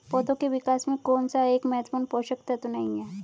पौधों के विकास में कौन सा एक महत्वपूर्ण पोषक तत्व नहीं है?